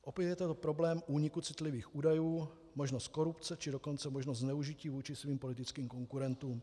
Opět je to problém úniku citlivých údajů, možnost korupce, či dokonce možnost zneužití vůči svým politickým konkurentům.